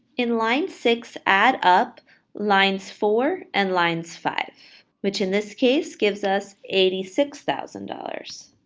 in line six, add up lines four and lines five, which in this case gives us eighty six thousand dollars.